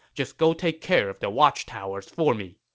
just go take care of the watchtowers for me.